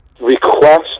request